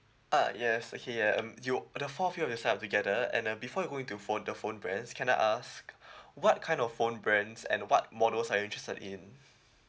ah yes okay ya um you the four of you have to sign up together and uh before you go into phone the phone brands can I ask what kind of phone brands and what models are you interested in